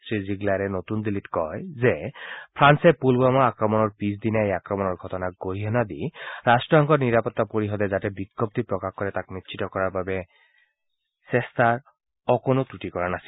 শ্ৰীজিগলৰে নতুন দিল্লীত কয় যে ফ্ৰান্সে পূলৱামা আক্ৰমণৰ পিছদিনাই এই আক্ৰমণৰ ঘটনাক গৰিহণা দি ৰট্টসংঘৰ নিৰাপত্তা পৰিষদে যাতে বিজ্ঞপ্তি প্ৰকাশ কৰে তাক নিশ্চিত কৰাৰ বাবে ফ্ৰান্সে চেষ্টাৰ অকণো ক্ৰটি কৰা নাছিল